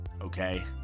okay